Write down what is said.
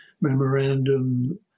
Memorandum